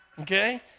okay